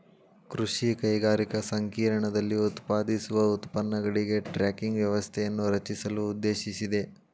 ಕೃಷಿ ಕೈಗಾರಿಕಾ ಸಂಕೇರ್ಣದಲ್ಲಿ ಉತ್ಪಾದಿಸುವ ಉತ್ಪನ್ನಗಳಿಗೆ ಟ್ರ್ಯಾಕಿಂಗ್ ವ್ಯವಸ್ಥೆಯನ್ನು ರಚಿಸಲು ಉದ್ದೇಶಿಸಿದೆ